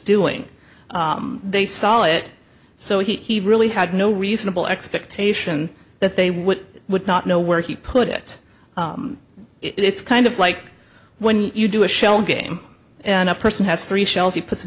doing they saw it so he really had no reasonable expectation that they would would not know where he put it it's kind of like when you do a shell game and a person has three shells he puts